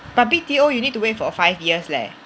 but B_T_O you need to wait for five years leh